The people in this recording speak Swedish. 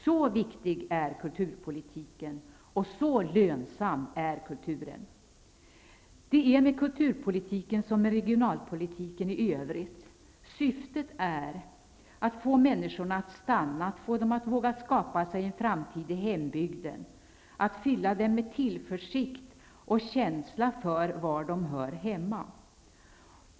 Så viktig är kulturpolitiken, och så lönsam är kulturen. Det är med kulturpolitiken som med regionalpolitiken i övrigt. Syftet är att få människorna att stanna, att få dem att våga skapa sig en framtid i hembygden och att fylla dem med tillförsikt och känsla för var de hör hemma.